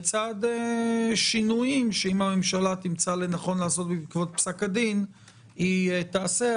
בצד שינויים שאם הממשלה תמצא לנכון לעשות בעקבות פסק הדין היא תעשה,